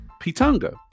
Pitanga